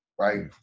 right